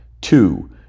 Two